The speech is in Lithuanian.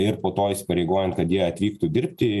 ir po to įsipareigojant kad jie atvyktų dirbti